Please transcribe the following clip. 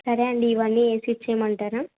సరే అండి ఇవన్నీ వేసి ఇచ్చేయమంటారా